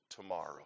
tomorrow